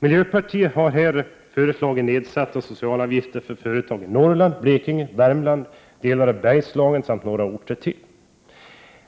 Miljöpartiet har här föreslagit nedsatta socialavgifter för företag i Norrland, Blekinge, Värmland, delar av Bergslagen samt ytterligare några orter.